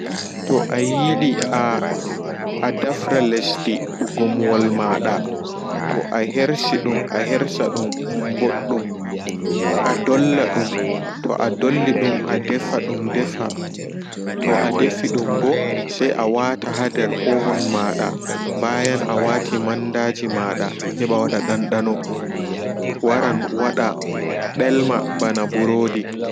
To ayidi adefra leddi gumwol mada ashersa dum ahersadum ɓoddum adolladum toa dollidum a defa to'a defi dumɓo se a wata ha nder oven mada ɓayan awati mandaji mada heɓa wada dandano waran wada delma ɓana ɓurodi